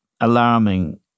alarming